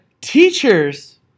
Teachers